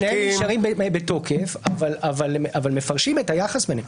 שניהם נשארים בתוקף אבל מפרשים את היחס ביניהם.